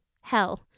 Hell